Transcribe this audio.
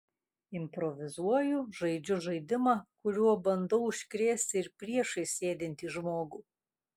improvizuoju žaidžiu žaidimą kuriuo bandau užkrėsti ir priešais sėdintį žmogų